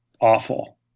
awful